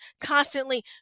constantly